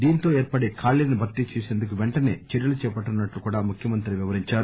దీంతో ఏర్పడే ఖాళీలను భర్తీ చేసేందుకు పెంటనే చర్యలు చేపట్టనున్నట్లు కూడా ముఖ్యమంత్రి వివరించారు